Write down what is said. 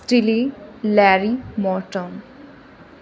su chili larry morton